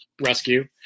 Rescue